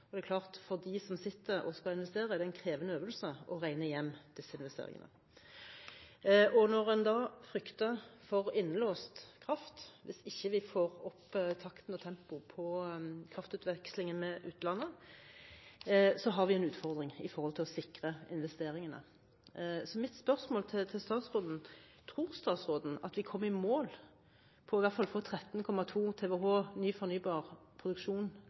Det er klart at for dem som sitter og skal investere, er det en krevende øvelse å regne hjem disse investeringene. Når en da frykter for innelåst kraft, hvis vi ikke får opp takten og tempoet på kraftutvekslingen med utlandet, har vi en utfordring når det gjelder å sikre investeringene. Mitt spørsmål til statsråden er: Tror statsråden at vi kommer i mål på å få i hvert fall 13,2 tWh ny fornybar produksjon